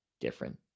different